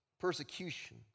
persecution